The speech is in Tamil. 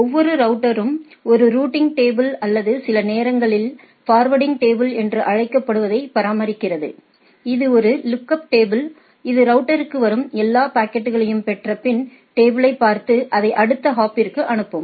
ஒவ்வொரு ரவுட்டரும் ஒரு ரூட்டிங் டேபிள் அல்லது சில நேரங்களில் ஃபார்வர்டிங் டேபிள் என்று அழைக்கப்படுவதை பராமரிக்கிறது இது ஒரு லுக்அப் டேபிள் இது ரவுட்டர்க்கு வரும் எல்லா பாக்கெட்டையும் பெற்ற பின் டேபிளை பார்த்து அதை அடுத்த ஹாப்ற்கு அனுப்பும்